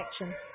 action